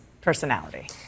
personality